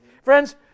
Friends